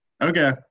okay